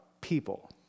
people